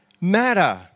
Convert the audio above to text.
matter